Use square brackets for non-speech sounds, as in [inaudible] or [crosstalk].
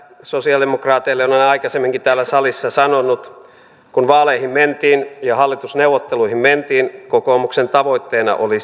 sosialidemokraateille olen aikaisemminkin täällä salissa sanonut kun vaaleihin mentiin ja hallitusneuvotteluihin mentiin kokoomuksen tavoitteena oli [unintelligible]